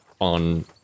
on